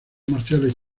marciales